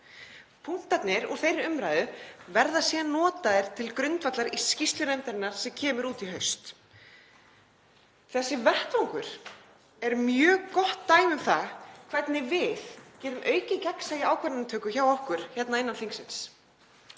Punktarnir úr þeirri umræðu verða síðan notaðir til grundvallar í skýrslu nefndarinnar sem kemur út í haust. Þessi vettvangur er mjög gott dæmi um það hvernig við getum aukið gegnsæi í ákvarðanatöku hjá okkur hérna innan þingsins.